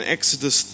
Exodus